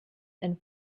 and